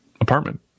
apartment